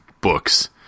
books